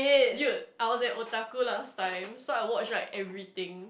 dude I was an otaku last time so I watched like everything